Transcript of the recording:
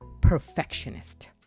perfectionist